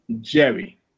Jerry